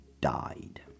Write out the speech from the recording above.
died